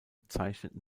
zeichneten